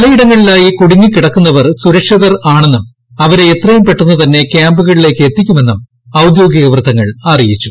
പലയിടങ്ങളിലായി കുടുങ്ങിക്കിടക്കുന്നവർ സുരക്ഷിതരാണെന്നും അവരെ എത്രയും പെട്ടെന്നു തന്നെ ക്യാമ്പുകളിലേക്ക് എത്തിക്കുമെന്നും ഔദ്യോഗിക വൃത്തങ്ങൾ അറിയിച്ചു